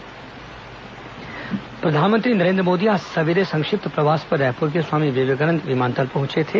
प्रधानमंत्री स्वागत प्रधानमंत्री नरेन्द्र मोदी आज सवेरे संक्षिप्त प्रवास पर रायपुर के स्वामी विवेकानंद विमानतल पहुंचे थे